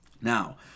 Now